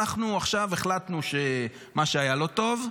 אנחנו עכשיו החלטנו שמה שהיה לא טוב,